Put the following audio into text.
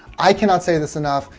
i cannot say this enough,